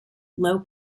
low